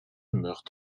meurt